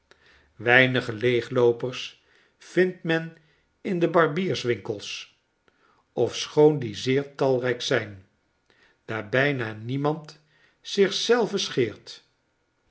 weinige leegloopers vindt men in de barbierswinkels ofschoon die zeer talrijk zijn daar bijna niemand zich zelven scheert